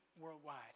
worldwide